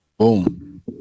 Boom